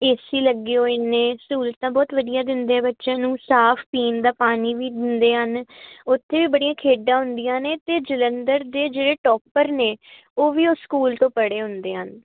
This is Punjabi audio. ਏਸੀ ਲੱਗੇ ਹੋਏ ਨੇ ਸਹੂਲਤਾਂ ਬਹੁਤ ਵਧੀਆ ਦਿੰਦੇ ਬੱਚਿਆਂ ਨੂੰ ਸਾਫ ਪੀਣ ਦਾ ਪਾਣੀ ਵੀ ਦਿੰਦੇ ਹਨ ਉੱਥੇ ਵੀ ਬੜੀਆਂ ਖੇਡਾਂ ਹੁੰਦੀਆਂ ਨੇ ਜਲੰਧਰ ਦੇ ਜਿਹੜੇ ਟੋਪਰ ਨੇ ਉਹ ਵੀ ਉਸ ਸਕੂਲ ਤੋਂ ਪਰੇ ਹੰਦੇ ਹਨ